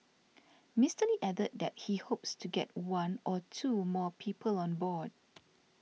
Mister added that he hopes to get one or two more people on board